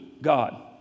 God